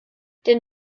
denn